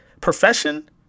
profession